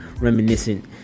reminiscent